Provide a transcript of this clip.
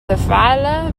تفعله